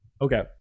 Okay